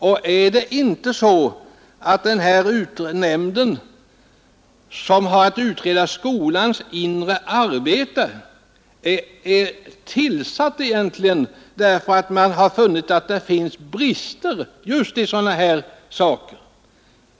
Och är inte den nämnd som har att utreda skolans inre arbete egentligen tillsatt för att man har funnit att det finns brister just i fråga om sådana saker?